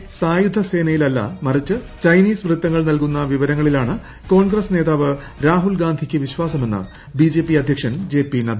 രാജ്യത്തിന്റെ സായുധ സേനയിൽ അല്ല മറിച്ച് ചൈനീസ് വൃത്തങ്ങൾ നൽകുന്ന വിവരങ്ങളിലാണ് കോൺഗ്രസ് നേതാവ് രാഹുൽ ഗാന്ധിക്ക് വിശ്വാസമെന്ന് ബിജെപി അധ്യക്ഷൻ ജെ പി നദ്ദ